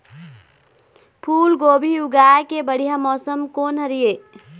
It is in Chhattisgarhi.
फूलगोभी उगाए के बढ़िया मौसम कोन हर ये?